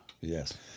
Yes